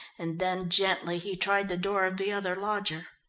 and then gently he tried the door of the other lodger.